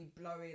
blowing